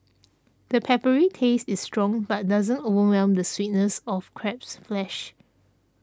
the peppery taste is strong but doesn't overwhelm the sweetness of crab's flesh